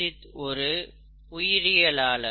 Madhulika Dixit ஒரு உயிரியலாளர்